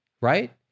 right